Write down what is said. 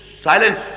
Silence